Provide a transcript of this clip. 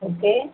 okay